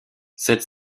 cette